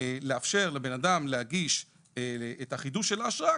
לאפשר לבנאדם להגיש את החידוש של האשרה,